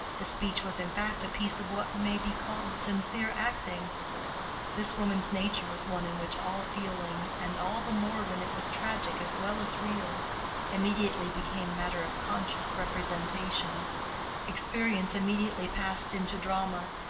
the speech was in fact a piece of what may be called sincere acting this woman's nature was one in which all feeling and all the more when it was tragic as well as real immediately became matter of conscious representation experience immediately passed into drama,